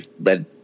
led